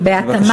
בבקשה.